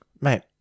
mate